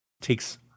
takes